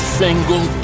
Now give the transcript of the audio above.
single